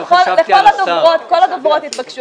כל הדוברות התבקשו לדבר בקצרה.